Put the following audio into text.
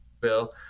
Bill